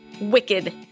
Wicked